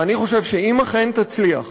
ואני חושב שאם אכן תצליח